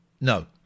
no